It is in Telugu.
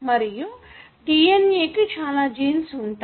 మరియు DNA కు చాలా జీన్స్ ఉంటాయి